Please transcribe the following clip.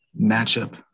matchup